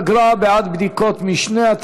אגרה בעד בדיקות משנה),